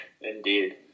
Indeed